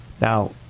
Now